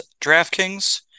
Draftkings